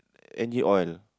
engine oil